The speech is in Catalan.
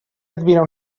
admirar